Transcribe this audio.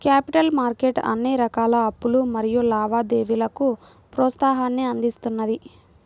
capital market అన్ని రకాల అప్పులు మరియు లావాదేవీలకు ప్రోత్సాహాన్ని అందిస్తున్నది